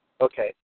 Okay